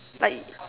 like